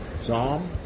Psalm